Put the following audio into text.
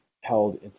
held